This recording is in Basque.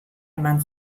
eman